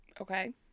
Okay